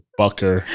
bucker